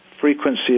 frequency